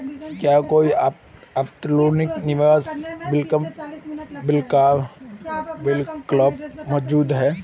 क्या कोई अल्पकालिक निवेश विकल्प मौजूद है?